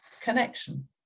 connection